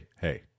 hey